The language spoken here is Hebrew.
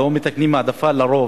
לא מתקנים העדפה לרוב.